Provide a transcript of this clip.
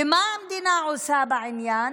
ומה המדינה עושה בעניין?